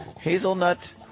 Hazelnut